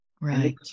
Right